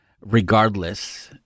regardless